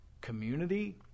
community